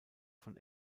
von